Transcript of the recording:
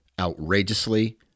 outrageously